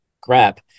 crap